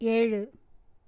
ஏழு